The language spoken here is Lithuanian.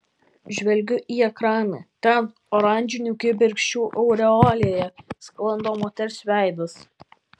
žvelgiu į ekraną ten oranžinių kibirkščių aureolėje sklando moters veidas